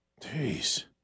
Jeez